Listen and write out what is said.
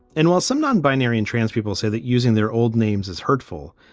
and while some non binary and trans people say that using their old names is hurtful.